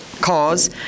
cause